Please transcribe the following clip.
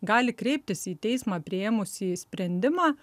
gali kreiptis į teismą priėmusį sprendimą